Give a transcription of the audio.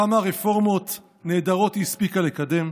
כמה רפורמות נהדרות היא הספיקה לקדם.